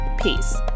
Peace